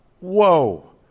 Whoa